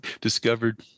discovered